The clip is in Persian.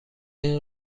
این